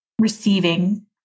receiving